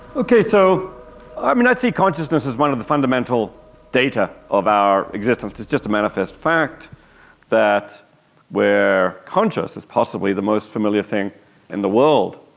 okay, so um i see consciousness as one of the fundamental data of our existence, it's just a manifest fact that where consciousness is possibly the most familiar thing in the world